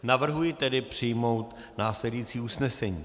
Navrhuji tedy přijmout následující usnesení: